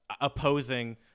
opposing